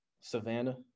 Savannah